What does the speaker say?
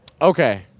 okay